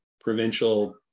provincial